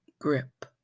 Grip